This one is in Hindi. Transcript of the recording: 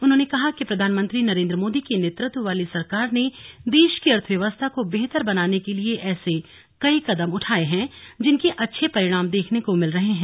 उन्होंने कहा कि प्रधानमंत्री नरेन्द्र मोदी के नेत्रत्व वाली सरकार ने देश की अर्थव्यवस्था को बेहतर बनाने के लिए ऐसे कई कदम उठाए हैं जिनके अच्छे परिणाम देखने को मिल रहे हैं